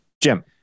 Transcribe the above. Jim